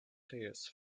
tears